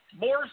more